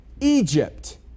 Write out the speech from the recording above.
Egypt